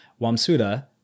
Wamsuda